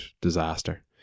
disaster